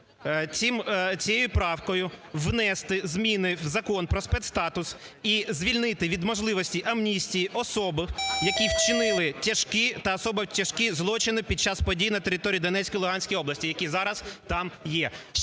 цією правкою внести зміни в Закон про спецстатус і звільнити від можливості амністії особи, які вчинили тяжкі та особо тяжкі злочини під час подій на території Донецької, Луганської області, які зараз там є.